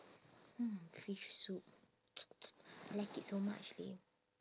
hmm fish soup I like it so much leh